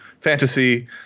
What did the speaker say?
fantasy